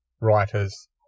writers